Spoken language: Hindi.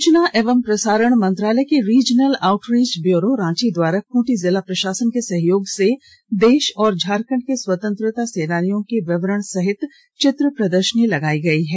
सूचना एवं प्रसारण मंत्रालय के रीजनल आउटरीच ब्यूरो रांची द्वारा खूंटी जिला प्रशासन के सहयोग से देश और झारखंड के स्वतंत्रता सेनानियों की विवरण सहित चित्र प्रदर्शनी लगायी गयी है